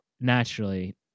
naturally